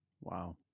Wow